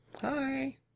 Hi